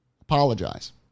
apologize